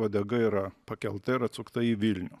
uodega yra pakelta ir atsukta į vilnių